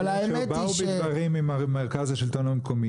אבל האמת היא ש --- אני רוצה לציין שבאו בדברים עם מרכז השלטון המקומי